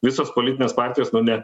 visos politinės partijos nu ne